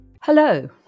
Hello